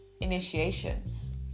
initiations